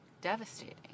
devastating